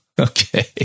Okay